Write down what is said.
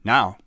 Now